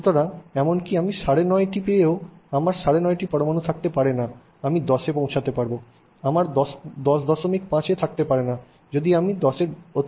সুতরাং এমনকি আমি সাড়ে নয়টি পেয়েও আমার সাড়ে নয়টি পরমাণু থাকতে পারে না আমি 10 এ পৌঁছাতে পারব আমার 105 থাকতে পারে না যদি আমি 10 অতিক্রম করি তবে আমার 11 হবে